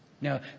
Now